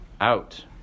out